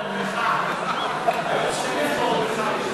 היו צריכים לבחור בך ליושב-ראש סיעה.